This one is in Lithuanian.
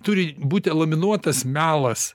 turi būt įlaminuotas melas